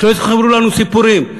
שלא ימכרו לנו סיפורים,